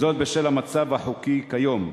בשל המצב החוקי כיום,